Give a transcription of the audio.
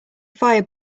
fire